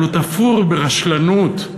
אבל הוא תפור ברשלנות,